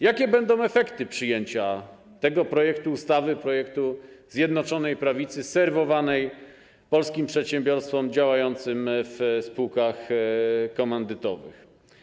Jakie będą efekty przyjęcia tego projektu ustawy, projektu Zjednoczonej Prawicy serwowanego polskim przedsiębiorstwom działającym w spółkach komandytowych?